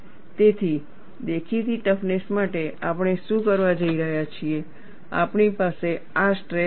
તેથી દેખીતી ટફનેસ માટે આપણે શું કરવા જઈ રહ્યા છીએ આપણી પાસે આ સ્ટ્રેસ હશે